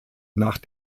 nach